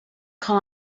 call